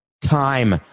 time